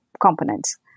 components